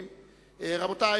היושב-ראש,